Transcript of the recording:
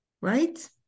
right